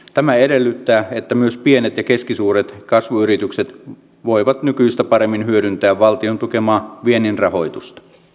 tämä edellyttää että myös pienet ja keskisuuret kasvuyritykset voivat nykyistä paremmin hyödyntää valtion tukemaa viennin rahoitusta